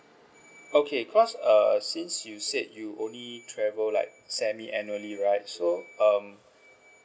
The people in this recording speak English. okay cause uh since you said you only travel like semi annually right so um